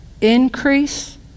increase